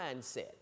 mindset